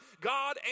God